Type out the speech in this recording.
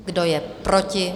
Kdo je proti?